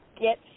Get